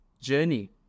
journey